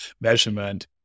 measurement